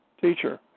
teacher